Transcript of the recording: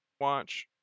watch